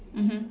mmhmm